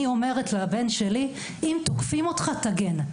אני אומרת לבן שלי אם תוקפים אותך תגן,